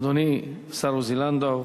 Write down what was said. אדוני, השר עוזי לנדאו,